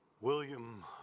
William